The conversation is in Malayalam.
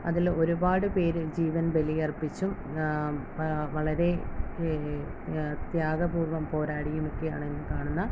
അതിൽ ഒരുപാട് പേര് ജീവൻ ബലിയർപ്പിച്ചും വളരെ ത്യാഗപൂർവം പോരാടിയും ഒക്കെയാണ് ഇന്ന് കാണുന്ന